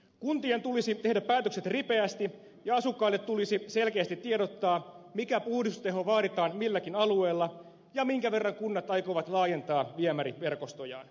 kuntien tulisi tehdä päätökset ripeästi ja asukkaille tulisi selkeästi tiedottaa mikä puhdistusteho vaaditaan milläkin alueella ja minkä verran kunnat aikovat laajentaa viemäriverkostojaan